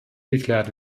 geklärt